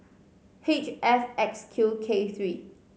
H F X Q K three